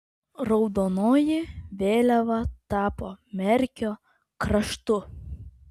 raudonoji vėliava tapo merkio kraštu